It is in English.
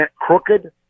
crooked